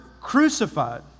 crucified